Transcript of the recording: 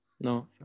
No